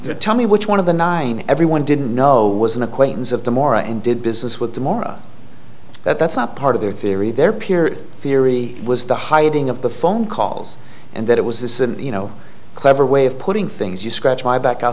you tell me which one of the nine everyone didn't know was an acquaintance of the more and did business with tamara that's not part of their theory their peer theory was the hiding of the phone calls and that it was this you know clever way of putting things you scratch my back i'll